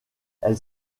elle